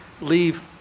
leave